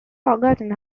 forgotten